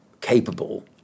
capable